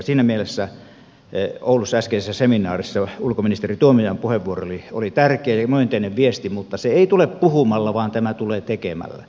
siinä mielessä oulussa äskeisessä seminaarissa ulkoministeri tuomiojan puheenvuoro oli tärkeä ja myönteinen viesti mutta se ei tule puhumalla vaan tämä tulee tekemällä